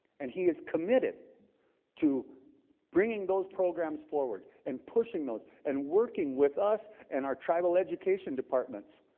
and he is committed to bringing those programs forward and pushing those and working with us and our tribal education departments